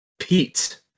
Pete